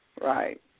Right